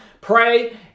Pray